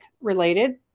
related